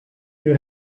you